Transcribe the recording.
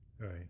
Right